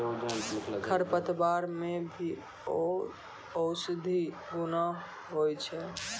खरपतवार मे भी औषद्धि गुण होय छै